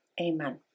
Amen